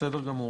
בסדר גמור.